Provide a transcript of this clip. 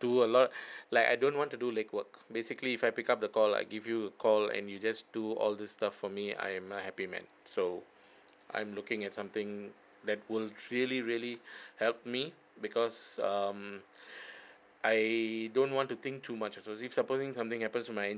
do a lot like I don't want to do leg work basically if I pick up the call I give you a call and you just do all the stuff for me I am a happy man so I'm looking at something that will really really help me because um I don't want to think too much also if supposing something happens to my